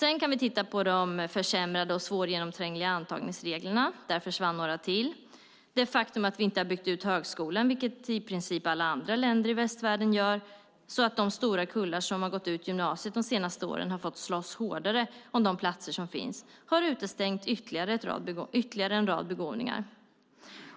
Vi kan sedan titta på de försämrade och svårgenomträngliga antagningsreglerna. Där försvann några till. Det faktum att vi inte har byggt ut högskolan, vilket i princip alla andra länder i västvärlden gör, har gjort att de stora kullar som har gått ut gymnasiet de senaste åren har fått slåss hårdare om de platser som finns har utestängt ytterligare en rad begåvningar.